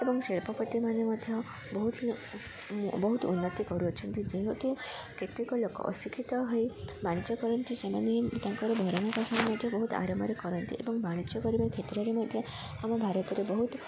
ଏବଂ ଶିଳ୍ପପତି ମାନେ ମଧ୍ୟ ବହୁତ ବହୁତ ଉନ୍ନତି କରୁଅଛନ୍ତି ଯେହେତୁ କେତେକ ଲୋକ ଅଶିକ୍ଷିତ ହୋଇ ବାଣିଜ୍ୟ କରନ୍ତି ସେମାନେ ତାଙ୍କର ମଧ୍ୟ ବହୁତ ଆରମରେ କରନ୍ତି ଏବଂ ବାଣିଜ୍ୟ କରିବା କ୍ଷେତ୍ରରେ ମଧ୍ୟ ଆମ ଭାରତରେ ବହୁତ